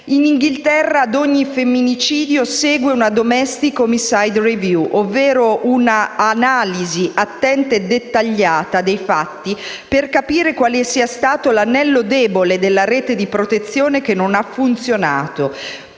Unito ad ogni femminicidio segue una *domestic homicide review*, ovvero un'analisi attenta e dettagliata dei fatti, per capire quale sia stato l'anello debole della rete di protezione che non ha funzionato.